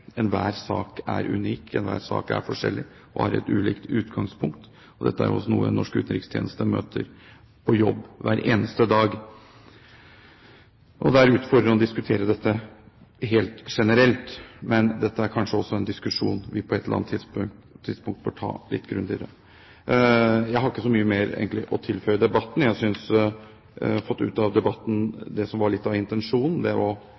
Enhver sak er unik. Enhver sak er forskjellig og har ulike utgangspunkt. Dette er noe den norske utenrikstjenesten møter på jobb hver eneste dag. Det er utfordrende å diskutere dette helt generelt, men dette er kanskje også en diskusjon vi på et eller annet tidspunkt bør ta litt grundigere. Jeg har egentlig ikke så mye mer å tilføre debatten. Jeg synes jeg har fått ut av debatten det